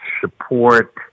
support